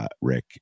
Rick